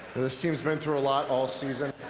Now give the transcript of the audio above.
this team's been through a lot all season.